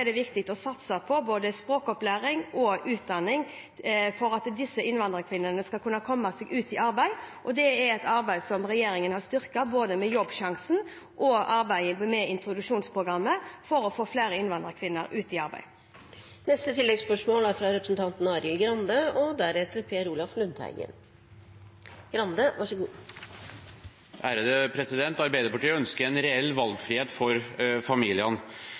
utdanning for at innvandrerkvinnene skal kunne komme seg ut i arbeid. Det er et arbeid som regjeringen har styrket både med Jobbsjansen og arbeidet med introduksjonsprogrammet – å få flere innvandrerkvinner ut i arbeid.